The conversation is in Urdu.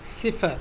صِفر